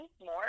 more